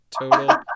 total